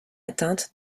atteinte